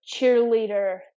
cheerleader